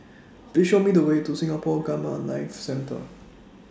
Please Show Me The Way to Singapore Gamma Knife Centre